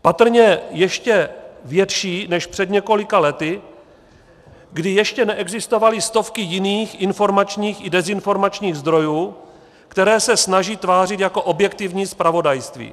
Patrně ještě větší než před několika lety, kdy ještě neexistovaly stovky jiných informačních i dezinformačních zdrojů, které se snaží tvářit jako objektivní zpravodajství.